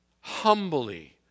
humbly